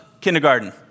kindergarten